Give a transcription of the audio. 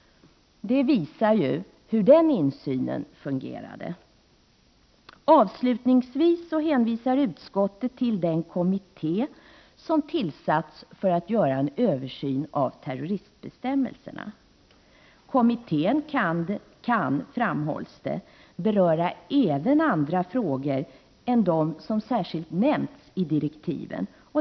De visade hur insynen fungerar. Avslutningsvis hänvisar utskottet till den kommitté som har tillsatts för att göra en översyn av terroristbestämmelserna. Kommittén kan, framhåller utskottet, beröra även andra frågor än de som särskilt nämnts i direktiven.